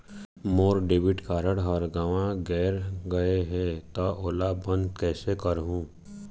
मोर debit card हर गंवा गैर गए हे त ओला बंद कइसे करहूं?